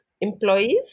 employees